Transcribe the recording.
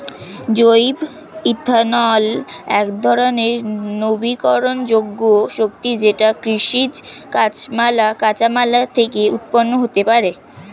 জৈব ইথানল একধরণের নবীকরণযোগ্য শক্তি যেটি কৃষিজ কাঁচামাল থেকে উৎপন্ন হতে পারে